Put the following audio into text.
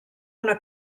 una